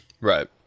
Right